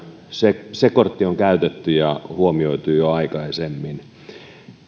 se se kortti on käytetty ja huomioitu jo aikaisemmin